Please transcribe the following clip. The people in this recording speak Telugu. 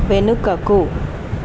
వెనుకకు